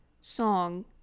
song